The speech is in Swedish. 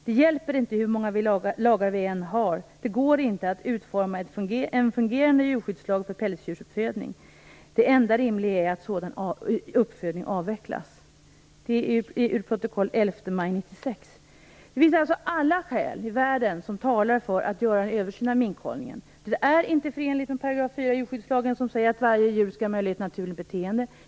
Det hjälper inte hur många lagar vi än har - det går inte att utforma en fungerande djurskyddslag för pälsdjursuppfödning. Det enda rimliga är att sådan uppfödning avvecklas. Detta anförs i protokollet från den 11 maj 1996. Alla skäl i världen talar alltså för att göra en översyn av minkhållningen. Den är nämligen inte förenlig med § 4 i djurskyddslagen, som säger att varje djur skall ha möjlighet till naturligt beteende.